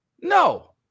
No